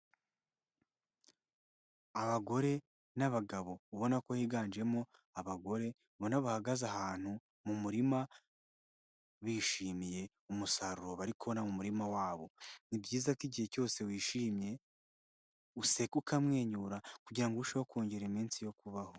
Abagore n'abagabo ubona ko higanjemo abagore ubona bahagaze ahantu mu murima bishimiye umusaruro bari kubona mu murima wabo. Ni byiza ko igihe cyose wishimye useka ukamwenyura kugirango urusheho kongera iminsi yo kubaho.